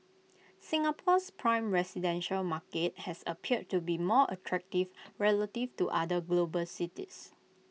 Singapore's prime residential market has appeared to be more attractive relative to other global cities